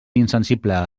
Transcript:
insensible